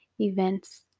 events